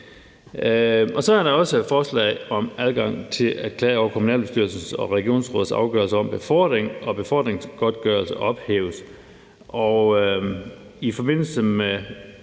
Så er der også forslag om, at adgangen til at klage over kommunalbestyrelsen og regionsrådets afgørelser om befordring og befordringsgodtgørelse ophæves. I forbindelse med